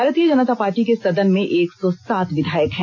भारतीय जनता पार्टी के सदन में एक सौ सात विधायक हैं